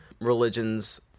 religions